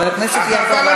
חבר הכנסת יעקב אשר.